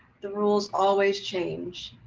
the rules always change,